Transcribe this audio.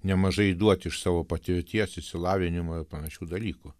nemažai duot iš savo patirties išsilavinimo ir panašių dalykų